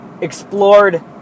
explored